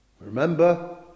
Remember